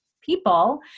people